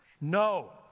No